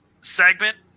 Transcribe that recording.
segment